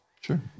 Sure